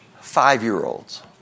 five-year-olds